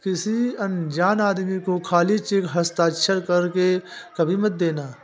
किसी अनजान आदमी को खाली चेक हस्ताक्षर कर के कभी मत देना